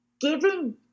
giving